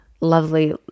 lovely